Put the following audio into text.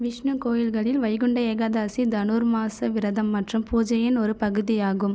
விஷ்ணு கோவில்களில் வைகுண்ட ஏகாதசி தனுர்மாஸ விரதம் மற்றும் பூஜையின் ஒரு பகுதியாகும்